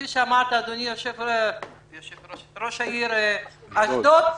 כפי שאמרת אדוני ראש עיריית אשדוד,